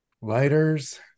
lighters